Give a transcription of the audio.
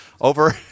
over